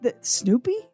Snoopy